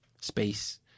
space